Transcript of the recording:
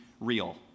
real